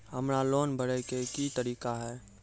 हमरा लोन भरे के की तरीका है?